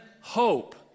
hope